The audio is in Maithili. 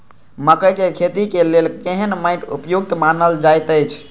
मकैय के खेती के लेल केहन मैट उपयुक्त मानल जाति अछि?